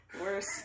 worse